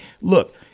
Look